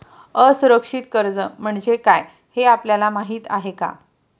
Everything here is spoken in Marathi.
असुरक्षित कर्ज म्हणजे काय हे आपल्याला माहिती आहे का?